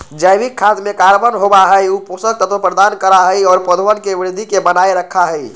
जैविक खाद में कार्बन होबा हई ऊ पोषक तत्व प्रदान करा हई और पौधवन के वृद्धि के बनाए रखा हई